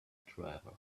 driver